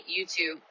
YouTube